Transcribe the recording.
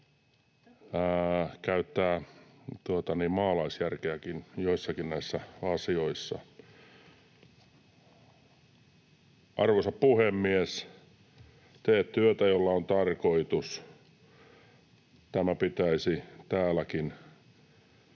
käyttää maalaisjärkeäkin joissakin asioissa. Arvoisa puhemies! ”Tee työtä, jolla on tarkoitus” — tämä pitäisi täälläkin